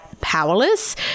powerless